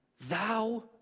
Thou